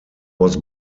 was